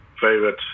favorite